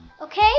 Okay